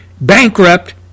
bankrupt